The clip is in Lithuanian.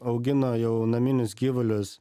augino jau naminius gyvulius